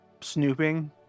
snooping